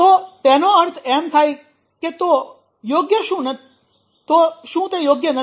તો તેનો અર્થ એમ થાય કે તો યોગ્ય શું નથી